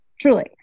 Truly